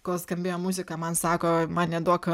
kol skambėjo muzika man sako man neduok